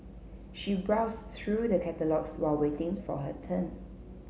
she browsed through the catalogues while waiting for her turn